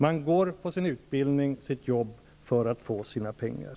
Man går till sin utbildning eller till sitt jobb för att få sina pengar.